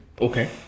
Okay